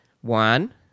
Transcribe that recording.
one